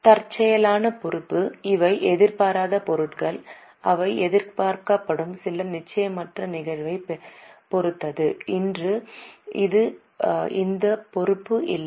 தற்செயலான பொறுப்பு இவை எதிர்பாராத பொருட்கள் அவை எதிர்பார்க்கப்படும் சில நிச்சயமற்ற நிகழ்வைப் பொறுத்தது இன்று இந்த பொறுப்பு இல்லை